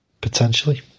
potentially